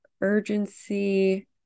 urgency